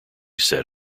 set